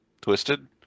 Twisted